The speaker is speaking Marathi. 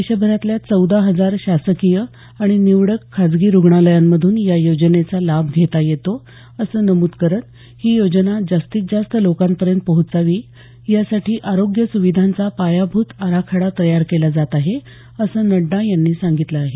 देशभरातल्या चौदा हजार शासकीय आणि निवडक खाजगी रुग्णालयांमधून या योजनेचा लाभ घेता येतो असं नमूद करत ही योजना जास्तीत जास्त लोकांपर्यंत पोहोचावी यासाठी आरोग्य सुविधांचा पायाभूत आराखडा तयार केला जात आहे असं नड्डा यांनी सांगितलं आहे